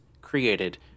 created